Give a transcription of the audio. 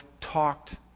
talked